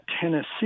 Tennessee